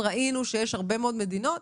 ראינו שיש הרבה מאוד מדינות,